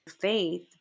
faith